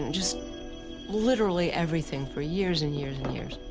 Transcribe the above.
and just literally everything, for years and years and years.